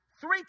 three